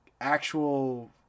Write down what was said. actual